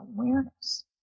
awareness